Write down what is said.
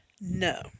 no